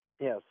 Yes